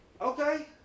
Okay